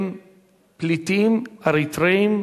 הם פליטים אריתריאים,